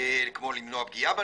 כמו למנוע פגיעה,